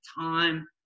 time